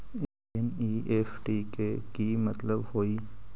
NEFT के कि मतलब होइ?